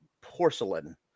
porcelain